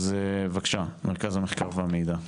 אז בבקשה, מרכז המחקר והמידע.